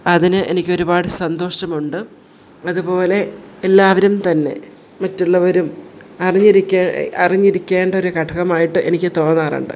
അതിന് എനിക്ക് ഒരുപാട് സന്തോഷമുണ്ട് അതുപോലെ എല്ലാവരും തന്നെ മറ്റുള്ളവരും അറിഞ്ഞിരി അറിഞ്ഞിരിക്കേണ്ട ഒരു ഘടകമായിട്ട് എനിക്ക് തോന്നാറുണ്ട്